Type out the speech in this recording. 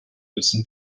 müssen